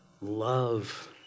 love